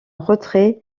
retrait